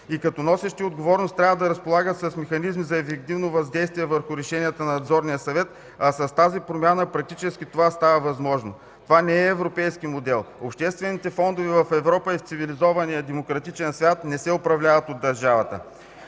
и като носещи отговорност трябва да разполагат с механизми за ефективно въздействие върху решенията на Надзорния съвет, а с тази промяна практически това става невъзможно. Това не е европейски модел. Обществените фондове в Европа и цивилизования демократичен свят не се управляват от държавата.